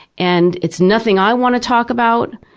and it's nothing i want to talk about,